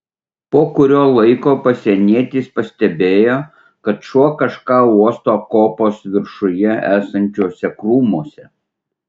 po kurio laiko pasienietis pastebėjo kad šuo kažką uosto kopos viršuje esančiuose krūmuose